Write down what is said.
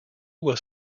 was